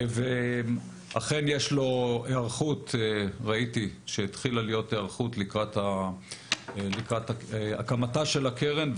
אכן יש לו היערכות שהתחילה לקראת הקמתה של הקרן,